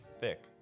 thick